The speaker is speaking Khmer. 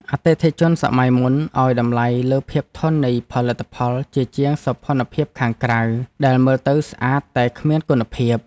អតិថិជនសម័យមុនឱ្យតម្លៃលើភាពធន់នៃផលិតផលជាជាងសោភ័ណភាពខាងក្រៅដែលមើលទៅស្អាតតែគ្មានគុណភាព។